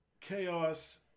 chaos